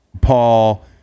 paul